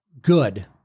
good